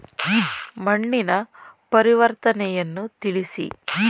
ಮಣ್ಣಿನ ಪರಿವರ್ತನೆಯನ್ನು ತಿಳಿಸಿ?